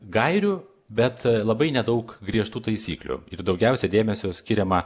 gairių bet labai nedaug griežtų taisyklių ir daugiausiai dėmesio skiriama